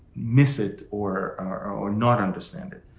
miss it or or not understand it.